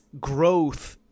growth